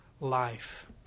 life